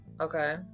Okay